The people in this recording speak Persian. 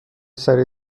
سریع